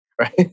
right